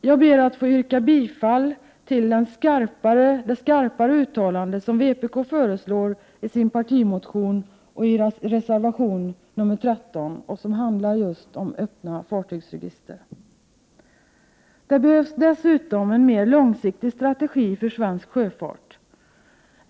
Jag ber att få yrka bifall till det skarpare uttalande som vpk föreslår i sin partimotion och i reservation nr 13 och som ju handlar om just öppna fartygsregister. Det behövs dessutom en mer långsiktig strategi för svensk sjöfart.